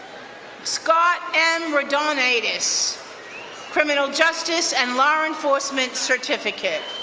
scott m. redonatis, criminal justice and law enforcement certificate.